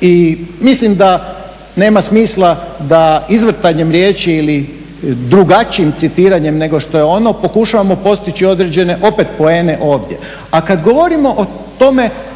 I mislim da nema smisla da izvrtanjem riječi ili drugačijim citiranjem nego što je ono pokušavamo postići određene opet poene ovdje. A kad govorimo o tome što